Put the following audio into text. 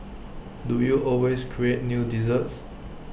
do you always create new desserts